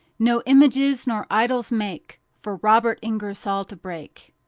no images nor idols make for robert ingersoll to break.